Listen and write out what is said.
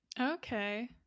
Okay